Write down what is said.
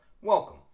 welcome